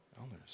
Elders